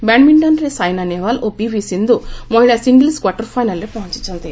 ବ୍ୟାଡମିଷ୍ଟନରେ ସାଇନଳ ନେହେୱାଲ ଓ ପିଭି ସିନ୍ଧୁ ମହିଳା singles quarter ଫାଇନାଲରେ ପହଞ୍ଚିଛି